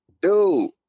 dude